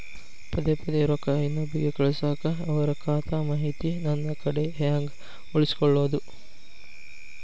ಪದೆ ಪದೇ ರೊಕ್ಕ ಇನ್ನೊಬ್ರಿಗೆ ಕಳಸಾಕ್ ಅವರ ಖಾತಾ ಮಾಹಿತಿ ನನ್ನ ಕಡೆ ಹೆಂಗ್ ಉಳಿಸಿಕೊಳ್ಳೋದು?